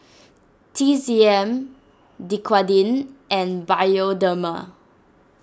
T C M Dequadin and Bioderma